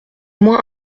moins